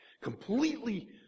completely